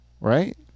right